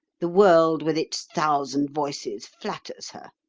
the world with its thousand voices flatters her.